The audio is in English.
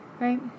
Right